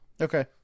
Okay